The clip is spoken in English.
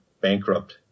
bankrupt